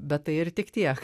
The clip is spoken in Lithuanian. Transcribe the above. bet tai ir tik tiek